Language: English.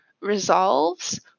resolves